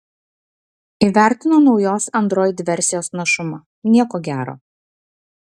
įvertino naujos android versijos našumą nieko gero